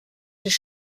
sich